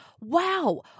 Wow